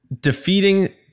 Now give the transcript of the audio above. defeating